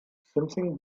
something